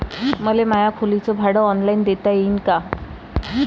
मले माया खोलीच भाड ऑनलाईन देता येईन का?